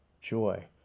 joy